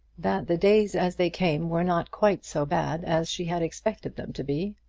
that the days as they came were not quite so bad as she had expected them to be.